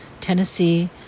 Tennessee